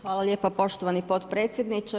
Hvala lijepa poštovani podpredsjedniče.